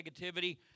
negativity